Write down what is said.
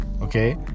okay